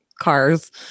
cars